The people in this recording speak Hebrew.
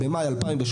במאי 2018,